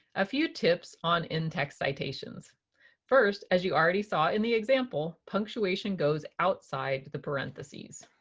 a few tips on in-text citations first, as you already saw in the example, punctuation goes outside the parentheses.